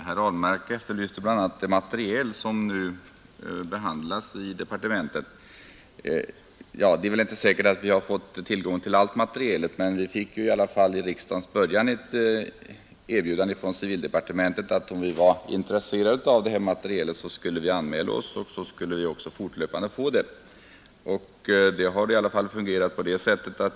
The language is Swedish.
Herr talman! Herr Ahlmark efterlyste bl.a. det material som nu behandlas i departementet. Det är väl inte säkert att vi har fått tillgång till allt material, men vi fick i alla fall vid riksdagens början ett erbjudande från civildepartementet att anmäla intresse för materialet, så skulle vi fortlöpande få det.